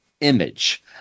image